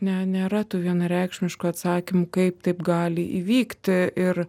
ne nėra tų vienareikšmiškų atsakymų kaip taip gali įvykti ir